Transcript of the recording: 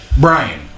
Brian